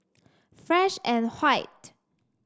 Fresh And White